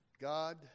God